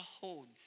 holds